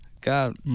God